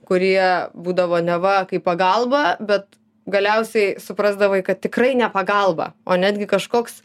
kurie būdavo neva kaip pagalba bet galiausiai suprasdavai kad tikrai ne pagalba o netgi kažkoks